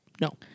no